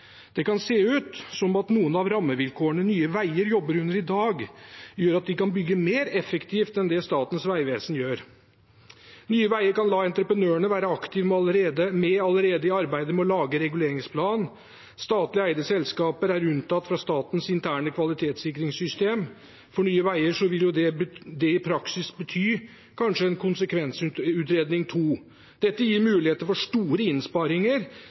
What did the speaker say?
Det kan se ut som at noen av rammevilkårene Nye Veier jobber under i dag, gjør at de kan bygge mer effektivt enn det Statens vegvesen gjør. Nye Veier kan la entreprenørene være aktivt med allerede i arbeidet med å lage reguleringsplan. Statlig eide selskaper er unntatt fra statens interne kvalitetssikringssystem – for Nye Veier vil det i praksis bety kanskje en konsekvensutredning II. Dette gir muligheter for store innsparinger